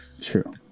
True